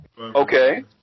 Okay